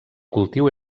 cultiu